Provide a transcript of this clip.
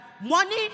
money